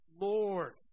Lord